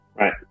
right